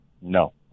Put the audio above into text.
No